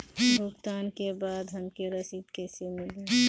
भुगतान के बाद हमके रसीद कईसे मिली?